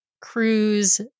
cruise